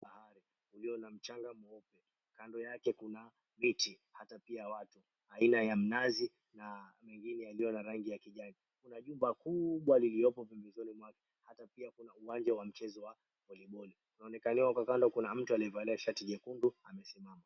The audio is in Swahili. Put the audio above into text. Bahari iliyo na mchanga mweupe, kando yake kuna miti ata pia watu aina ya mnazi na mengine yaliyo na rangi ya kijani, kuna jumba kubwa lililo pembezoni mwake ata pia kuna uwanja wa mchezo wa voliboli. Inaonekaniwa kwa kando kuna mtu aliyevalia shati jekundu amesimama.